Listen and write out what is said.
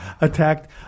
attacked